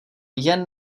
jen